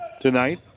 tonight